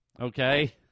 okay